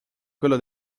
quello